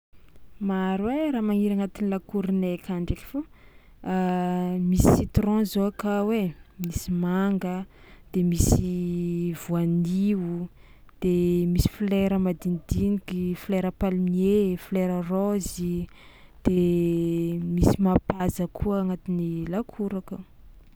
Maro ai raha magniry agnatin'ny lakôronay aka ndraiky fô misy citron zao akao ai, misy manga de misy voanio de misy folera madinidiniky, folera palmier, folera raozy de misy mapaza koa agnatin'ny lakoro akao.